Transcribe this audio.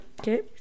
Okay